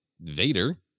Vader